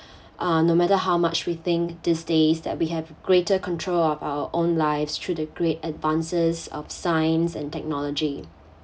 uh no matter how much we think these days that we have greater control of our own lives through the great advances of science and technology